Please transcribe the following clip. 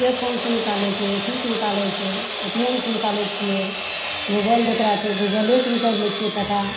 पे phone से निकालै छै अथी से निकालै छै ए टी एम से निकालै छियै गूगल जेकरा छै गूगले से निकालि लै छियै टका